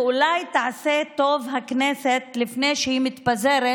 ואולי תעשה טוב הכנסת לפני שהיא מתפזרת